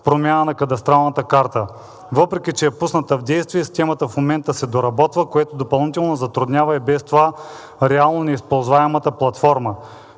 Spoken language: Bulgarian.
промяна на кадастралната карта. Въпреки че е пусната в действие, системата и в момента се доработва, което допълнително затруднява и без това реално неизползваемата платформа.